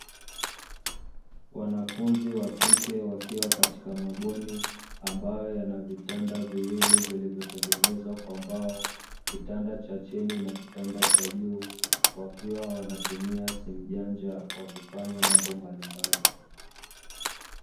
Wanafunzi wa kike wakiwa katika mabweni ambayo yana vitanda viwili vilivyotengenezwa kwa mbao, kitanda cha chini na kitanda cha juu wakiwa wanatumia simu janja wakifanya mambo mbalimbali.